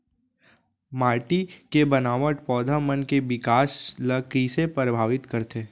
माटी के बनावट पौधा मन के बिकास ला कईसे परभावित करथे